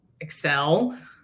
excel